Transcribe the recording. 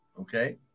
Okay